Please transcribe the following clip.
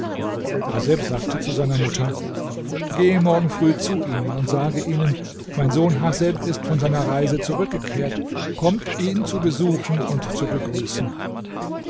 haseb sagte zu seiner mutter gehe morgen früh zu ihnen und sage ihnen mein sohn haseb ist von seiner reise zurückgekehrt kommt ihn zu besuchen und zu begrüßen